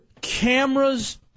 cameras